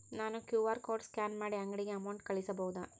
ನಾನು QR code scan ಮಾಡಿ ಅಂಗಡಿಗೆ ಅಮೌಂಟ್ ಕಳಿಸಬಹುದಾ?